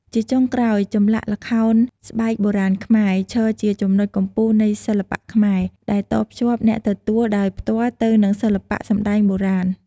ជាចុងក្រោយ ចម្លាក់ល្ខោនស្បែកបុរាណខ្មែរ ឈរជាចំណុចកំពូលនៃសិល្បៈខ្មែរ ដែលតភ្ជាប់អ្នកទទួលដោយផ្ទាល់ទៅនឹងសិល្បៈសំដែងបុរាណ។